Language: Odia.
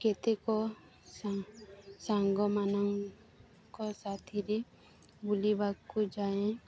କେତେକ ସାଙ୍ଗମାନଙ୍କ ସାଥିରେ ବୁଲିବାକୁ ଯାଏଁ